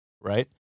right